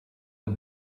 the